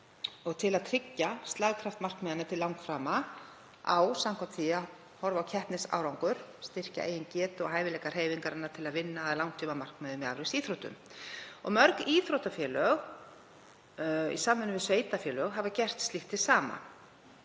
og til að tryggja slagkraft markmiðanna til langframa á samkvæmt því að horfa á keppnisárangur og styrkja eigin getu og hæfileika hreyfingarinnar til að vinna að langtímamarkmiðum í afreksíþróttum. Mörg íþróttafélög í samvinnu við sveitarfélög hafa gert slíkt hið sama.